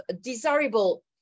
desirable